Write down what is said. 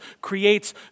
creates